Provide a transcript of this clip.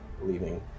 leaving